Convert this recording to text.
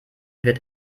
wird